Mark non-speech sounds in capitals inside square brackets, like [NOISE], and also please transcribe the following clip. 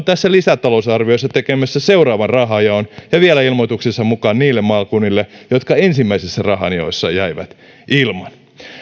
[UNINTELLIGIBLE] tässä lisätalousarviossa tekemässä seuraavan rahanjaon ja vielä ilmoituksensa mukaan niille maakunnille jotka ensimmäisissä rahanjaoissa jäivät ilman